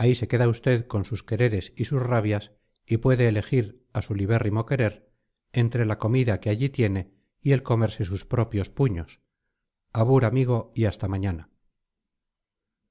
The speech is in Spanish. ahí se queda usted con sus quereres y sus rabias y puede elegir a su libérrimo querer entre la comida que allí tiene y el comerse sus propios puños abur amigo y hasta mañana